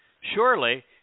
Surely